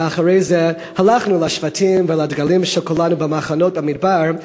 אחרי זה הלכנו לשבטים ולדגלים כשכולנו במחנות במדבר,